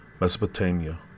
Mesopotamia